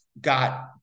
got